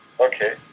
Okay